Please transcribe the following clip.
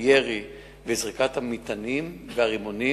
הירי וזריקת המטענים והרימונים,